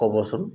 ক'বচোন